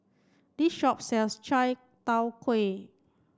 this shop sells Chai Tow Kuay